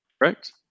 correct